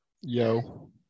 Yo